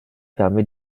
permet